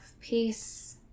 peace